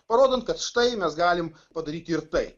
parodant kad štai mes galim padaryti ir tai